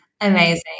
Amazing